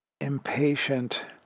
impatient